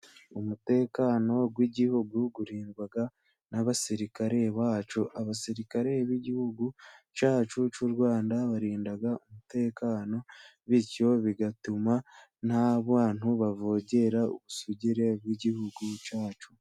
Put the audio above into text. Umutekano w'igihugu uririndwa n'abasirikare bacu. Abasirikare b'igihugu cyacu cy'u Rwanda barinda umutekano bityo bigatuma nta bantu bavogera ubusugire bw'igihugu cyacu.